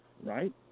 right